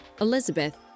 Elizabeth